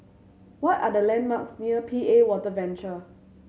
what are the landmarks near P A Water Venture